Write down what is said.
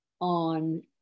on